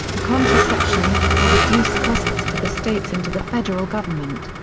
the contraception, will reduce costs to the states and to the federal government.